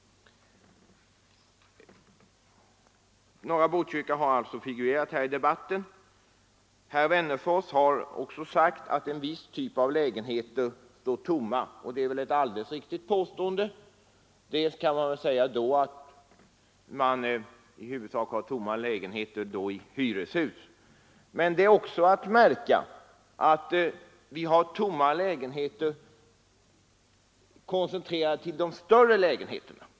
Norra Botkyrka har figurerat i denna debatt, och herr Wennerfors framhöll att en viss typ av lägenheter står tomma. Det är alldeles riktigt. Det finns sådana tomma lägenheter i hyreshus. Men man skall också lägga märke till att beståndet av tomma lägenheter koncentrerar sig till de större lägenheterna.